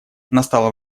настало